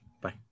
Bye